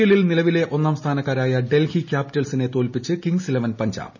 എല്ലിൽ നിലവിലെ ഒന്നാം സ്ഥാനക്കാരായ ഡൽഹി ക്യാപിറ്റൽസിനെ തോൽപ്പിച്ച് കിങ്സ് ഇലവൻ പഞ്ചാബ്